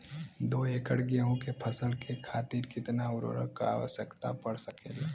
दो एकड़ गेहूँ के फसल के खातीर कितना उर्वरक क आवश्यकता पड़ सकेल?